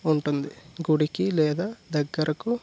ఉంటుంది గుడికి లేదా దర్గాకు